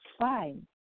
fine